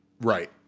Right